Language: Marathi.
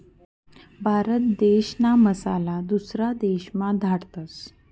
भारत देशना मसाला दुसरा देशमा धाडतस